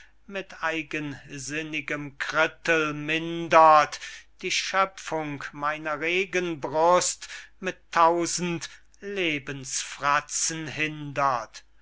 mit eigensinnigem krittel mindert die schöpfung meiner regen brust mit tausend lebensfratzen hindert